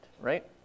right